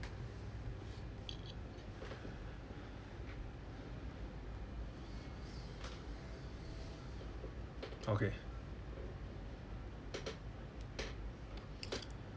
okay